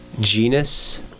genus